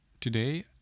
Today